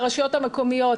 על הרשויות המקומיות.